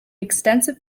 extensive